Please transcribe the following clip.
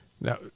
Now